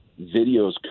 videos